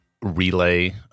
relay